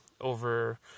over